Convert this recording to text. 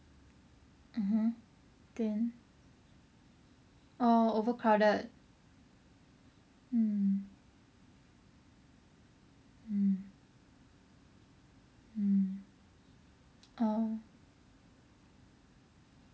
mmhmm then orh overcrowded mm mm mm orh